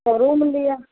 तब रूम लिअ